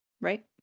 Right